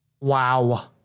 Wow